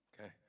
Okay